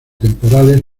temporales